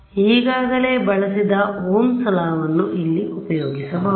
ಈಗಾಗಲೇ ಬಳಸಿದ ಓಮ್ಸ್ ಲಾOhm's law ವನ್ನು ಇಲ್ಲಿ ಉಪಯೋಗಿಸಬಹುದು